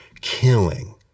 killing